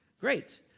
Great